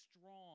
strong